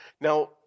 Now